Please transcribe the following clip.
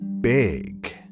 big